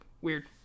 weird